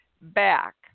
back